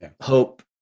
hope